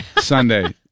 Sunday